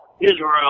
Israel